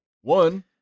One